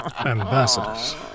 Ambassadors